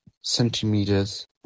centimeters